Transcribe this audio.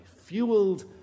fueled